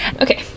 Okay